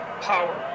power